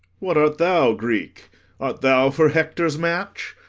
what art thou, greek? art thou for hector's match?